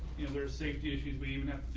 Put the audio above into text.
you know their safety issues we even have